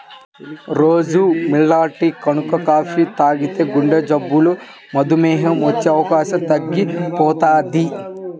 రోజూ లిమిట్గా గనక కాపీ తాగితే గుండెజబ్బులు, మధుమేహం వచ్చే అవకాశం తగ్గిపోతది